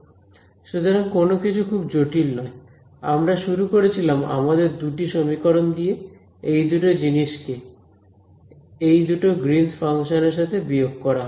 সুতরাং কোন কিছু খুব জটিল নয় আমরা শুরু করেছিলাম আমাদের দুটি সমীকরণ দিয়ে এই দুটো জিনিস কে এই দুটো গ্রীনস ফাংশন এর সাথে বিয়োগ করা হয়